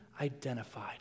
identified